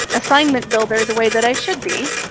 assignment builder the way that i should be,